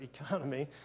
economy